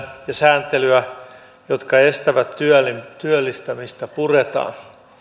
sääntelyä joka estää työllistämistä puretaan